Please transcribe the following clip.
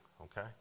okay